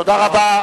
תודה רבה.